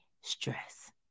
stress